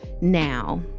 Now